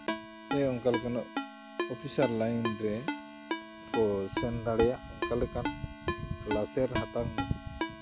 ᱥᱮ ᱚᱱᱠᱟ ᱞᱮᱠᱟᱱᱟᱜ ᱚᱯᱷᱤᱥᱟᱨ ᱞᱟᱭᱤᱱ ᱨᱮ ᱠᱚ ᱥᱮᱱ ᱫᱟᱲᱮᱭᱟᱜ ᱟᱱ ᱚᱱᱠᱟ ᱞᱮᱠᱟᱱ ᱞᱟᱥᱮᱨ ᱦᱟᱛᱟᱝ